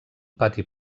pati